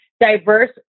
diverse